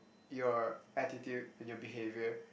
your attitude and your behaviour